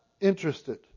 interested